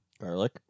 garlic